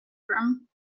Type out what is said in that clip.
room